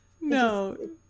No